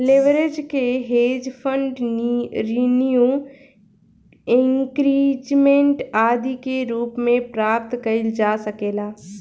leverage के hedge fund renew increment आदि के रूप में प्राप्त कईल जा सकेला